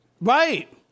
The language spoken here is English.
Right